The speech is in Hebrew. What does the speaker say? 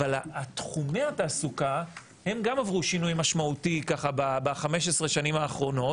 אבל תחומי התעסוקה גם הם עברו שינוי משמעותי ב-15 השנים האחרונות.